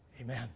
Amen